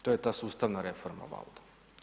To je ta sustavna reforma valjda.